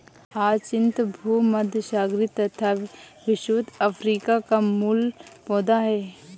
hyacinth भूमध्यसागरीय तथा विषुवत अफ्रीका का मूल पौधा है